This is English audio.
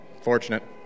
fortunate